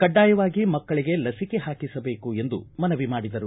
ಕಡ್ವಾಯವಾಗಿ ಮಕ್ಕಳಿಗೆ ಲಸಿಕೆ ಹಾಕಿಸಬೇಕು ಎಂದು ಮನವಿ ಮಾಡಿದರು